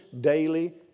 daily